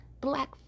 black